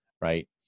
right